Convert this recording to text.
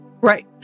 Right